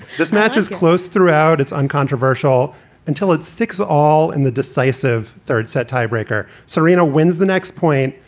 this matches close throughout. it's uncontroversial until it's six, all in the decisive third set tiebreaker. serena wins the next point,